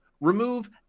Remove